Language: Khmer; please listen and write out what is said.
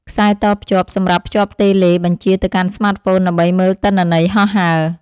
ខ្សែតភ្ជាប់ សម្រាប់ភ្ជាប់តេឡេបញ្ជាទៅកាន់ស្មាតហ្វូនដើម្បីមើលទិន្នន័យហោះហើរ។